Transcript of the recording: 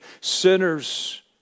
sinners